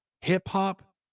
hip-hop